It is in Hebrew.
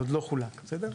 זה עוד לא חולק, בסדר?